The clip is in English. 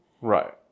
Right